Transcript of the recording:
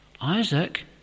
Isaac